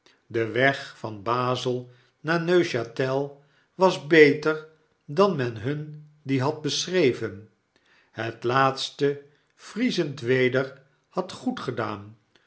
de weg van b a z e g h e was beter dan men hun dien had beschreven het laatste vriezend weder had goedgedaan